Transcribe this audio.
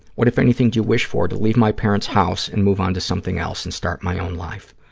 what, if anything, do you wish for? to leave my parents' house and move on to something else and start my own life.